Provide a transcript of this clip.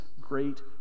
great